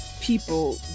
people